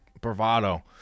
bravado